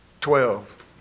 twelve